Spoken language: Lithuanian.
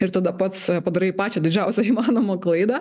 ir tada pats padarai pačią didžiausią įmanomą klaidą